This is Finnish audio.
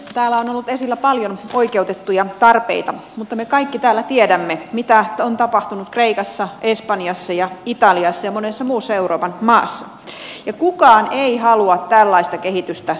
täällä on ollut esillä paljon oikeutettuja tarpeita mutta me kaikki täällä tiedämme mitä on tapahtunut kreikassa espanjassa ja italiassa ja monessa muussa euroopan maassa ja kukaan ei halua tällaista kehitystä suomeen